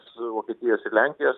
su vokietijos ir lenkijos